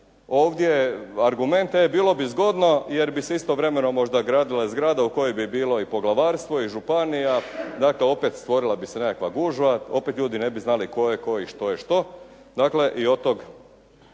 ovdje argumente, bilo bi zgodno jer bi se istovremeno možda gradila zgrada u kojoj bi bilo i poglavarstvo i županija, dakle opet stvorila bi se nekakva gužva, opet ljudi ne bi znali tko je tko i što je što.